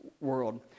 world